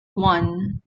one